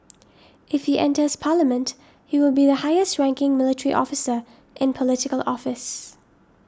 if he enters parliament he will be the highest ranking military officer in Political Office